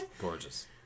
gorgeous